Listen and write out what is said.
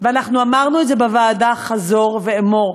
ואנחנו אמרנו את זה בוועדה חזור ואמור: